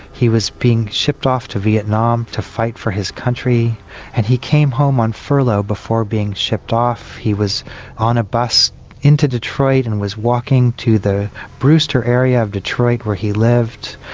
he was being shipped off to vietnam to fight for his country and he came home on furlough before being shipped off, he was on a bus into detroit and was walking to the brewster area of detroit where he lived,